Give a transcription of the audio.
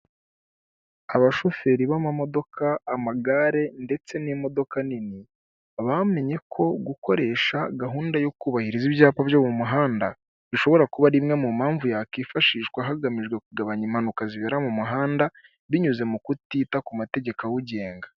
Abashoferi b'amamodoka, amagare ndetse n'imodoka nini, bamenye ko gukoresha gahunda yo kubahiriza ibyapa byo mu muhanda, bishobora kuba ari imwe mu mpamvu yakwifashishwa hagamijwe kugabanya impanuka zibera mu muhanda binyuze mu kutita ku mategeko awugenga.